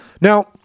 Now